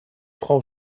frau